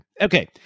Okay